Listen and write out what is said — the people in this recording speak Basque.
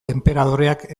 enperadoreak